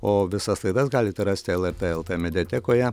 o visas laidas galite rasti lrt mediatekoje